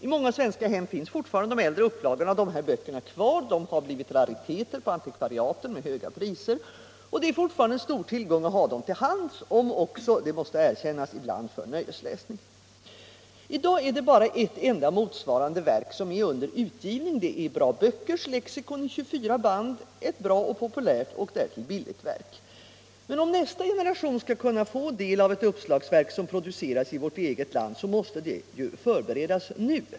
I många svenska hem finns fortfarande de äldre upplagorna av dessa böcker kvar. De har blivit rariteter på antikvariaten med höga priser, och det är fortfarande en stor tillgång att ha dem till hands, om också — det måste erkännas — ibland för nöjesläsning. I dag är det bara ett enda motsvarande verk som är under utgivning. Det är Bra Böckers lexikon i 24 band, ett bra, populärt och därtill billigt verk. Men om nästa generation skall kunna få del av ett uppslagsverk som produceras i vårt eget land måste detta förberedas nu.